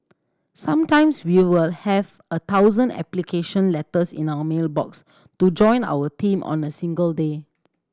sometimes we will have a thousand application letters in our mail box to join our team on a single day